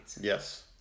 Yes